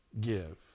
give